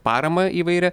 paramą įvairią